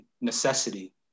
necessity